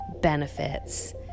benefits